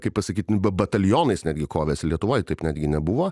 kaip pasakyti batalionais netgi kovėsi lietuvoj taip netgi nebuvo